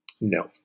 No